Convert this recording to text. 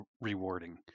rewarding